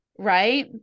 right